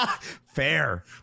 Fair